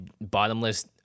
bottomless